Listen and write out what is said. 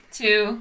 two